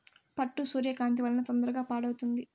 పట్టు సూర్యకాంతి వలన తొందరగా పాడవుతుంది